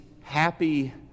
happy